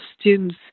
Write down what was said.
students